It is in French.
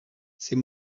c’est